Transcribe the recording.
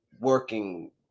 working